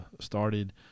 started